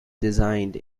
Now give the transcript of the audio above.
designed